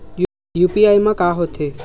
UPI मा का होथे?